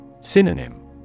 Synonym